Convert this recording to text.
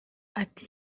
ati